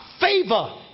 favor